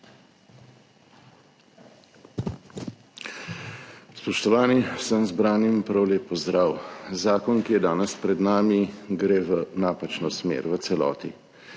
Spoštovani! Vsem zbranim prav lep pozdrav! Zakon, ki je danes pred nami, gre v napačno smer, v celoti.